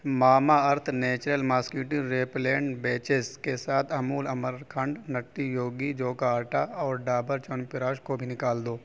ماما Earth natural mosquito repellent patches کے ساتھ Amul Amrakhand Nutty Yogi جو کا آٹا اور ڈابر چیونپراش کو بھی نکال دو